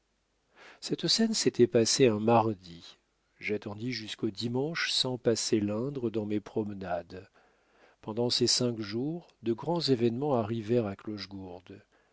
cette scène s'était passée un mardi j'attendis jusqu'au dimanche sans passer l'indre dans mes promenades pendant ces cinq jours de grands événements arrivèrent à clochegourde